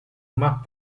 más